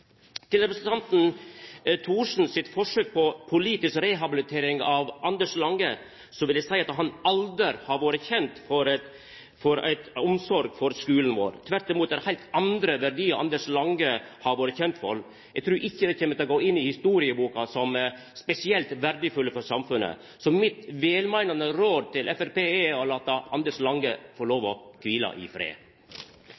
representanten Thorsens forsøk på politisk rehabilitering av Anders Lange, vil eg seia at han aldri har vore kjent for omsorg for skulen vår. Tvert imot er det heilt andre verdiar Anders Lange har vore kjent for. Eg trur ikkje han vil gå inn i historieboka som spesielt verdifull for samfunnet. Så mitt velmeinande råd til Framstegspartiet er å lata Anders Lange få lov